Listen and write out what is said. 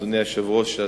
אדוני היושב-ראש,